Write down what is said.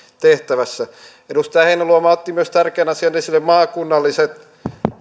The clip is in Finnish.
tehtävässä edustaja heinäluoma otti myös tärkeän asian esille maakunnalliset